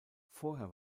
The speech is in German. vorher